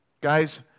Guys